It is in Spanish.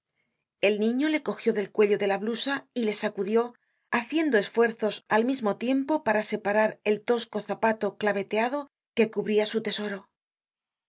el niño le cogió del cuello de la blusa y le sacudió haciendo esfuerzos al mismo tiempo para separar el tosco zapato claveteado que cubria su tesoro